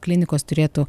klinikos turėtų